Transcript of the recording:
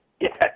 Yes